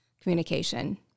communication